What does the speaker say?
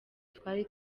twari